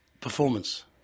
performance